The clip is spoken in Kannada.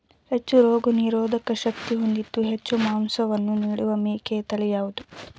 ಹೆಚ್ಚು ರೋಗನಿರೋಧಕ ಶಕ್ತಿ ಹೊಂದಿದ್ದು ಹೆಚ್ಚು ಮಾಂಸವನ್ನು ನೀಡುವ ಮೇಕೆಯ ತಳಿ ಯಾವುದು?